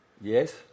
Yes